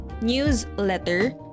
newsletter